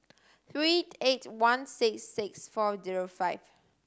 three eight one six six four zero five